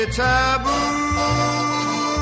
taboo